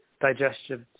digestive